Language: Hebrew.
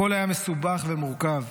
הכול היה מסובך ומורכב,